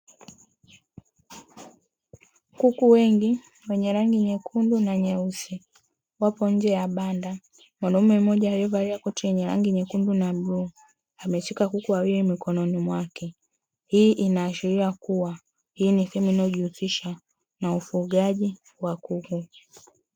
Kuku wengi wenye rangi nyekundu na nyeusi, wapo nje ya banda. Mwanaume mmoja aliyevalia koti lenye rangi nyekundu na bluu ameshika kuku wawili mikononi mwake, hii inaashiria kuwa hii ni sehemu inayojihusisha na ufugaji wa kuku.